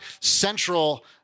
central